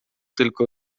tylko